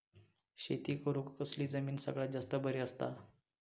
शेती करुक कसली जमीन सगळ्यात जास्त बरी असता?